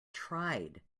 tried